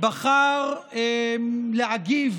בחר להגיב